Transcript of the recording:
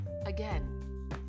again